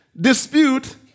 dispute